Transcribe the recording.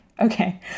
Okay